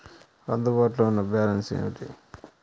అందుబాటులో ఉన్న బ్యాలన్స్ ఏమిటీ?